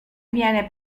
viene